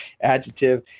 adjective